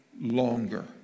longer